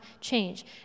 change